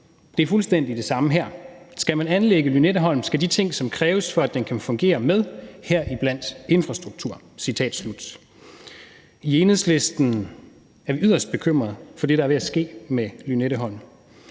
Det er fuldstændig det samme her: Skal man anlægge Lynetteholm, skal de ting, som kræves, for at den kan fungere, med, heriblandt infrastrukturen.« I Enhedslisten er vi yderst bekymret for det, der er ved at ske med Lynetteholm.